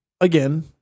again